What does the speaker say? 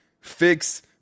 fix –